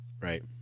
Right